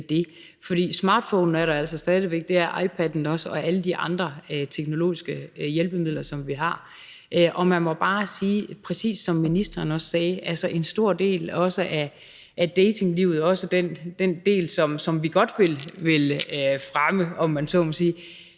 For smartphonen er der altså stadig væk; det er iPad'en også, og alle de andre teknologiske hjælpemidler, som vi har. Og man må bare sige, præcis som ministeren også sagde, at en stor del af datinglivet, også den del, som vi godt vil fremme, om man så må sige,